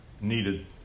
needed